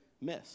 miss